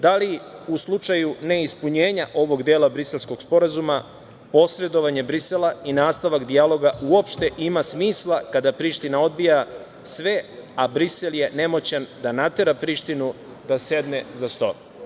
Da li u slučaju neispunjenja ovog dela Briselskog sporazuma posredovanje Brisela i nastavak dijaloga uopšte ima smisla kada Priština odbija sve, a Brisel je nemoćan da natera Prištinu da sede za sto?